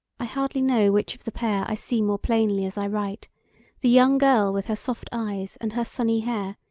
i hardly know which of the pair i see more plainly as i write the young girl with her soft eyes and her sunny hair,